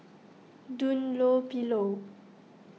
Dunlopillo